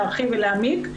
להרחיב ולהעמיק.